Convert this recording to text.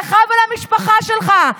לך ולמשפחה שלך.